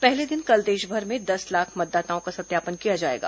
पहले दिन कल देशभर में दस लाख मतदाताओं का सत्यापन किया जाएगा